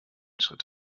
schritt